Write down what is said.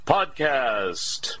Podcast